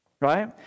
right